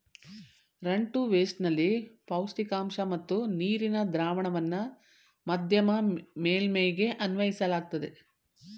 run to waste ನಲ್ಲಿ ಪೌಷ್ಟಿಕಾಂಶ ಮತ್ತು ನೀರಿನ ದ್ರಾವಣವನ್ನ ಮಧ್ಯಮ ಮೇಲ್ಮೈಗೆ ಅನ್ವಯಿಸಲಾಗ್ತದೆ